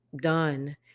done